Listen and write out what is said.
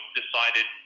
decided